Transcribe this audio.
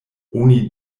oni